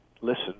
listen